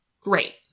Great